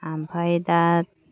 ओमफ्राय दा